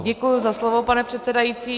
Děkuji za slovo, pane předsedající.